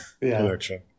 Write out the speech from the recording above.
collection